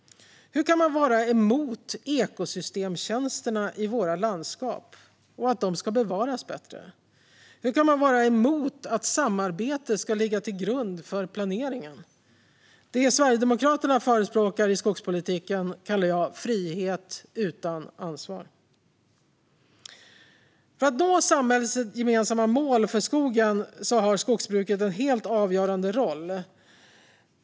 Hur kan man vara emot ekosystemtjänsterna i våra landskap och att de ska bevaras bättre? Hur kan man vara emot att samarbete ska ligga till grund för planeringen? Det Sverigedemokraterna förespråkar i skogspolitiken kallar jag för frihet utan ansvar. För att nå samhällsgemensamma mål för skogen har skogsbruket en helt avgörande roll.